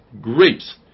grapes